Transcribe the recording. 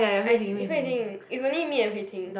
I see Hui-Ting it's only me and Hui-Ting